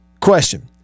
question